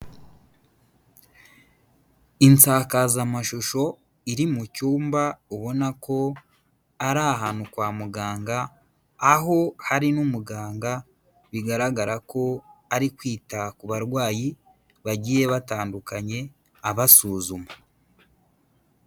Insakazamashusho iri mu cyumba ubona ko ari ahantu kwa muganga, aho hari n'umuganga bigaragara ko ari kwita ku barwayi bagiye batandukanye abasuzuma.